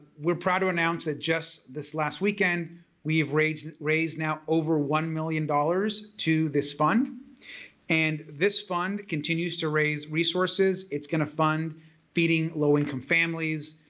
we're proud to announce that just this last weekend we have raised and raised now over one million dollars to this fund and this fund continues to raise resources. it's going to fund feeding low-income families,